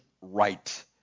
right